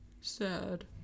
Sad